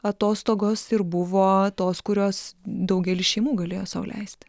atostogos ir buvo tos kurios daugelis šeimų galėjo sau leisti